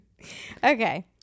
Okay